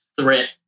threat